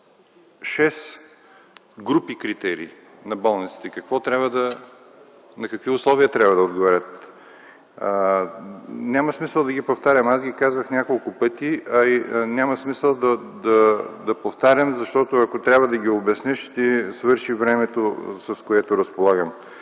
групи критерии и условия, на които трябва да отговарят болниците. Няма смисъл да ги повтарям, аз ги казвах няколко пъти, а и няма смисъл да повтарям, защото ако трябва да ги обясня, ще свърши времето, с което разполагам.